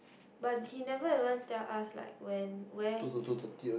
but he never even tell us like when where he